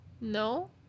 No